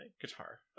Guitar